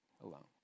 alone